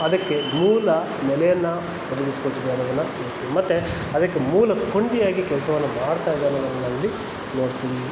ಅದಕ್ಕೆ ಮೂಲ ನೆಲೆಯನ್ನು ಒದಗಿಸಿಕೊಟ್ಟಿದ್ದಾರೆ ಅನ್ನೋದನ್ನು ನೋಡ್ತೀವಿ ಮತ್ತೆ ಅದಕ್ಕೆ ಮೂಲ ಕೊಂಡಿಯಾಗಿ ಕೆಲ್ಸವನ್ನು ಮಾಡ್ತಾಯಿದ್ದಾರೆ ಅನ್ನೋದನ್ನು ನಾವಿಲ್ಲಿ ನೋಡ್ತೀವಿ